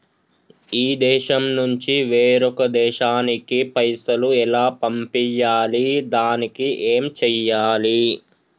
ఈ దేశం నుంచి వేరొక దేశానికి పైసలు ఎలా పంపియ్యాలి? దానికి ఏం చేయాలి?